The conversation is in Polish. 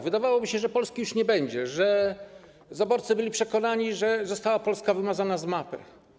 Wydawałoby się, że Polski już nie będzie, zaborcy byli przekonani, że Polska została wymazana z mapy.